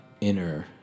inner